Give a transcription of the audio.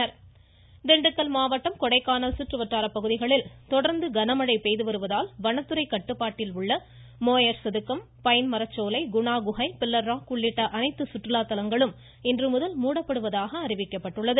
மழை திண்டுக்கல் திண்டுக்கல் மாவட்டம் கொடைக்கானல் சுற்றுவட்டாரப் பகுதிகளில் தொடர்ந்து கனமழை பெய்து வருவதால் வனத்துறை கட்டுப்பாட்டில் உள்ள மோயர் சதுக்கம் பைன் மரச்சோலை குணா குகை பில்லர் ராக் உள்ள அனைத்து சுற்றுலாத்தலங்களும் இன்று முதல் மூடப்படுவதாக அறிவிக்கப்பட்டுள்ளது